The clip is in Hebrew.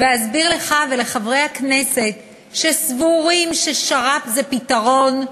ואסביר לך ולחברי הכנסת שסבורים ששר"פ זה פתרון,